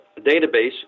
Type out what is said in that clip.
database